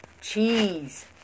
Cheese